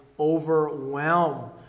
overwhelm